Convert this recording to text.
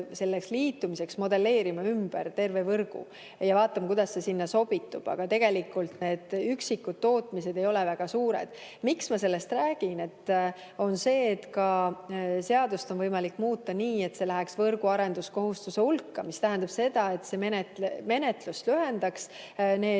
selleks liitumiseks modelleerima ümber terve võrgu ja vaatama, kuidas see sinna sobitub. Aga tegelikult need üksikud tootmised ei ole väga suured. Miks ma sellest räägin? Ka seadust on võimalik muuta nii, et see läheks võrguarenduskohustuse hulka, mis tähendab, et see lühendaks